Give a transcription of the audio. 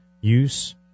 use